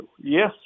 Yes